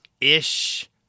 ish